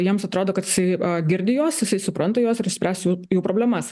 jiems atrodo kad jisai girdi juos jisai supranta juos ir išspręs jų jų problemas